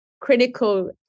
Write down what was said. critical